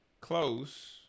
close